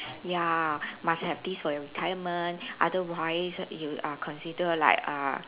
ya must have this for your retirement otherwise you are consider like uh